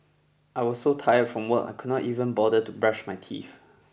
I was so tired from work I could not even bother to brush my teeth